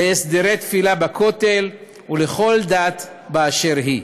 להסדרי תפילה בכותל ולכל דת באשר היא.